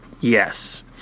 yes